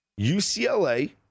UCLA